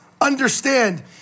understand